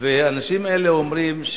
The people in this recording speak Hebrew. והאנשים האלה אומרים: